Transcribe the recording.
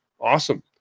awesome